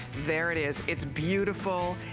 there it is. it's beautiful.